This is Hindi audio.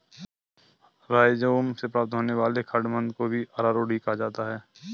राइज़ोम से प्राप्त होने वाले खाद्य मंड को भी अरारोट ही कहा जाता है